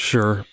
Sure